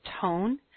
tone